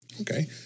Okay